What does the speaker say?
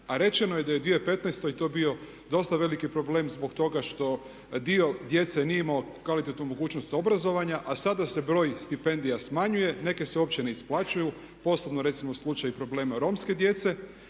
rečeno je da je u 2015.to bio dosta veliki problem zbog toga što dio djece nije imao kvalitetnu mogućnost obrazovanja a sada se broj stipendija smanjuje, neke se uopće ne isplaćuju, posebno recimo slučaj problema romske djece.